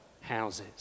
houses